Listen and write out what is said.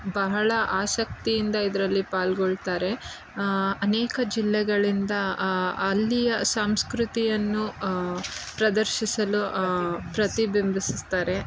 ಬಹಳ ಆಸಕ್ತಿಯಿಂದ ಇದರಲ್ಲಿ ಪಾಲ್ಗೊಳ್ತಾರೆ ಅನೇಕ ಜಿಲ್ಲೆಗಳಿಂದ ಅಲ್ಲಿಯ ಸಂಸ್ಕೃತಿಯನ್ನು ಪ್ರದರ್ಶಿಸಲು ಪ್ರತಿಬಿಂಬಿಸ್ತಾರೆ